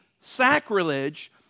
sacrilege